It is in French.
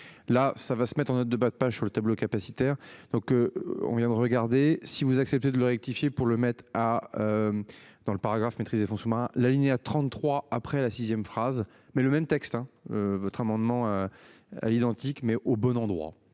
Là ça va se mettre en note de bas de page sur le tableau capacitaire donc. On vient de regarder si vous acceptez de le rectifier pour le mettre à. Dans le paragraphe fonctionnement la lignée 33 après la sixième phrase mais le même texte. Votre amendement. À l'identique mais au bon endroit.